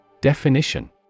Definition